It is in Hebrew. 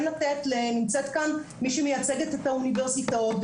נמצאת כאן מי שמייצגת את האוניברסיטאות,